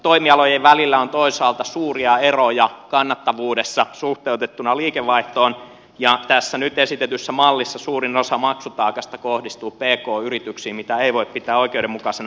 toimialojen välillä on toisaalta suuria eroja kannattavuudessa suhteutettuna liikevaihtoon ja tässä nyt esitetyssä mallissa suurin osa maksutaakasta kohdistuu pk yrityksiin mitä ei voi pitää oikeudenmukaisena